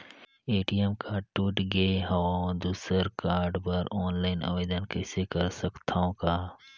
ATM card टूट गे हववं दुसर कारड बर ऑनलाइन आवेदन कर सकथव का?